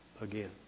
again